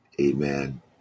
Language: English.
Amen